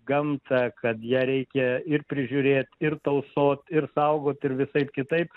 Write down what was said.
gamtą kad ją reikia ir prižiūrėt ir tausot ir saugot ir visaip kitaip